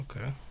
Okay